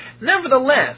nevertheless